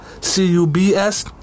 c-u-b-s